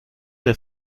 der